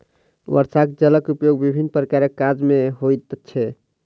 वर्षाक जलक उपयोग विभिन्न प्रकारक काज मे होइत छै